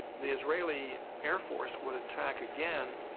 the israeli air force would attack again.